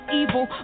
evil